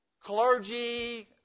clergy